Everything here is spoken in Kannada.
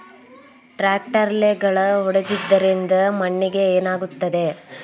ಟ್ರಾಕ್ಟರ್ಲೆ ಗಳೆ ಹೊಡೆದಿದ್ದರಿಂದ ಮಣ್ಣಿಗೆ ಏನಾಗುತ್ತದೆ?